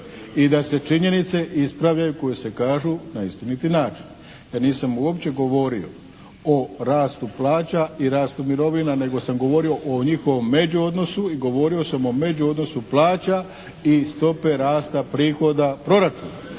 i da se činjenice ispravljaju koje se kažu na istiniti način. Ja nisam uopće govorio o rastu plaća i rastu mirovina nego sam govorio o njihovom međuodnosu i govorio sam o međuodnosu plaća i stope rasta prihoda proračuna